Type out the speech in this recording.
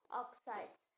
oxides